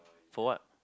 for what